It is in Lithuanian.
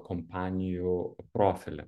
kompanijų profilį